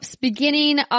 beginning